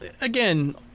again